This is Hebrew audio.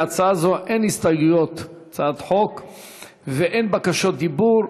להצעת חוק זו אין הסתייגויות ואין בקשות דיבור.